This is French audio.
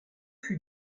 fut